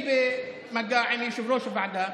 אני הייתי במגע עם יושב-ראש הועדה